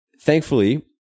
Thankfully